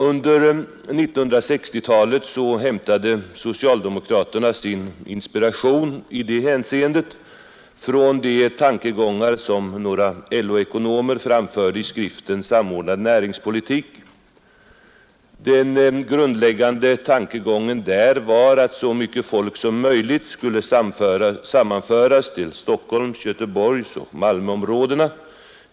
Under 1960-talet hämtade socialdemokraterna sin inspiration i det hänseendet från de tankegångar som några LO-ekonomer framfört i skriften ”Samordnad näringspolitik”. Den grundläggande tankegången där var att så mycket folk som möjligt skulle sammanföras till Stockholms-, Göteborgsoch Malmöområdena.